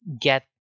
get